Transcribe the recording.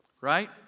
Right